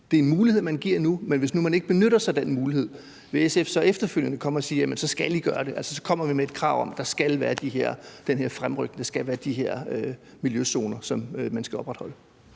Det er en mulighed, man giver nu, men hvis nu de ikke benytter sig af den mulighed, vil SF så efterfølgende sige, at så skal de gøre det, for så kommer man med et krav om, at der skal være den her fremrykning, og at der skal være de har miljøzoner, som skal opretholdes?